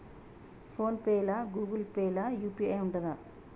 Phone pay లా Google pay లా UPI ఉంటదా?